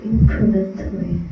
Incrementally